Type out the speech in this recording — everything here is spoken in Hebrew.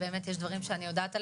כשבאמת יש דברים שאני יודעת עליהם,